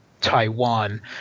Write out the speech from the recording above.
Taiwan